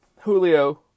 Julio